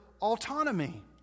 autonomy